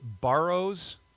borrows